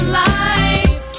life